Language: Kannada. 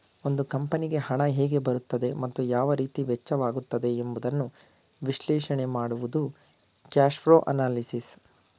ಒಂದು ಕಂಪನಿಗೆ ಹಣ ಹೇಗೆ ಬರುತ್ತದೆ ಮತ್ತು ಯಾವ ರೀತಿ ವೆಚ್ಚವಾಗುತ್ತದೆ ಎಂಬುದನ್ನು ವಿಶ್ಲೇಷಣೆ ಮಾಡುವುದು ಕ್ಯಾಶ್ಪ್ರೋ ಅನಲಿಸಿಸ್